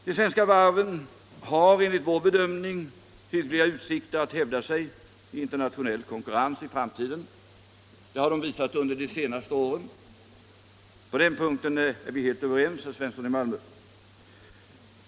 De svenska varven har enligt vår bedömning goda utsikter att hävda sig i internationell konkurrens i framtiden — det har de visat under de senaste åren. På den punkten är herr Svensson i Malmö och jag överens.